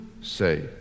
say